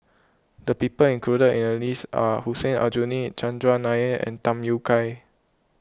the people included in the list are Hussein Aljunied Chandran Nair and Tham Yui Kai